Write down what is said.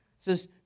says